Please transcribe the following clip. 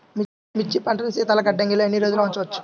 మిర్చి పంటను శీతల గిడ్డంగిలో ఎన్ని రోజులు ఉంచవచ్చు?